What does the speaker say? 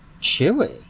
chewy